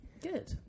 Good